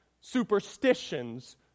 superstitions